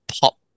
pop